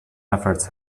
efforts